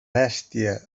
bèstia